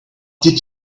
did